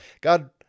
God